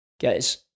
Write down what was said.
Guys